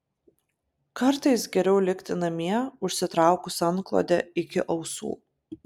kartais geriau likti namie užsitraukus antklodę iki ausų